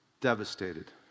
devastated